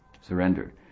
surrendered